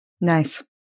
Nice